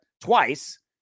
twice